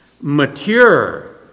mature